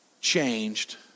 changed